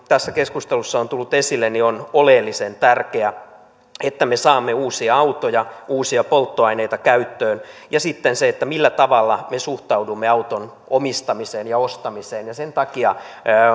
tässä keskustelussa on tullut esille on oleellisen tärkeä että me saamme uusia autoja uusia polttoaineita käyttöön ja sitten se millä tavalla me suhtaudumme auton omistamiseen ja ostamiseen sen takia